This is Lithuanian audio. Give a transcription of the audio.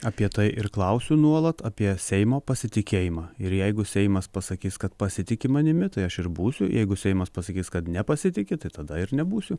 apie tai ir klausiu nuolat apie seimo pasitikėjimą ir jeigu seimas pasakys kad pasitiki manimi tai aš ir būsiu jeigu seimas pasakys kad nepasitiki tai tada ir nebūsiu